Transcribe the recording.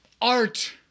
art